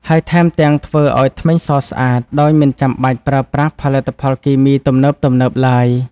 ហើយថែមទាំងធ្វើឲ្យធ្មេញសស្អាតដោយមិនចាំបាច់ប្រើប្រាស់ផលិតផលគីមីទំនើបៗឡើយ។